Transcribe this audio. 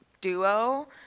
duo